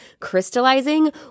crystallizing